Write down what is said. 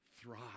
thrive